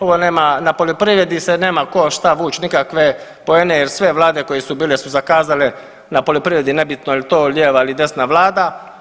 Ovo nema na poljoprivredi se nema ko šta vuć nikakve poene jer sve vlade koje su bile su zakazale na poljoprivredi, nebitno jel to lijeva ili desna vlada.